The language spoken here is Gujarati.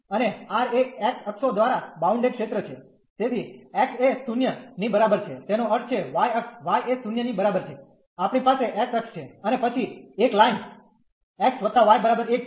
અને R એ x અક્ષો દ્વારા બાઉન્ડેડ ક્ષેત્ર છે તેથી x એ 0 ની બરાબર છે તેનો અર્થ છે y અક્ષ y એ 0 ની બરાબર છે આપણી પાસે x અક્ષ છે અને પછી એક લાઈન x y 1 છે